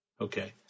Okay